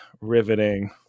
riveting